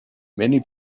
many